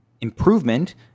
improvement